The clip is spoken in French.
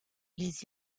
les